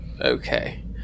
Okay